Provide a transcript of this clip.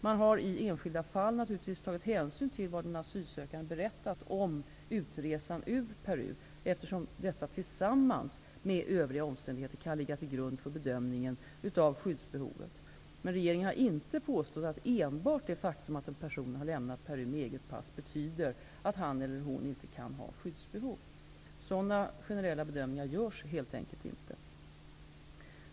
Man har i enskilda fall naturligtvis tagit hänsyn till vad den asylsökande berättat om utresan ur Peru, eftersom detta tillsammans med övriga omständigheter kan ligga till grund för bedömningen av skyddsbehovet, men regeringen har inte påstått att enbart det faktum att en person lämnat Peru med eget pass betyder att han eller hon inte kan ha skyddsbehov. Sådana generella bedömningar görs helt enkelt inte.